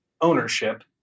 ownership